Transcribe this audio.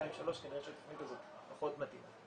2, 3, כנראה שהתכנית הזאת פחות מתאימה.